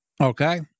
Okay